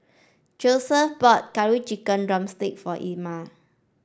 Joseph bought curry chicken drumstick for Ilma